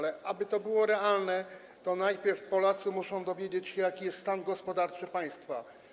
Jednak aby to było realne, najpierw Polacy muszą dowiedzieć się, jaki jest stan gospodarczy państwa.